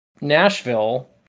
Nashville